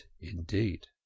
indeed